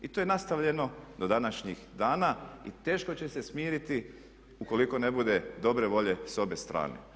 I to je nastavljeno do današnjih dana i teško će se smiriti ukoliko ne bude dobre volje s obe strana.